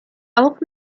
auch